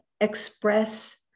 express